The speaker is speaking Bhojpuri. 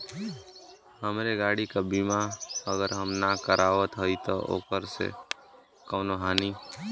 हमरे गाड़ी क बीमा अगर हम ना करावत हई त ओकर से कवनों हानि?